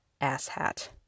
asshat